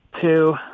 two